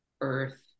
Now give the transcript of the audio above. earth